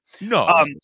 No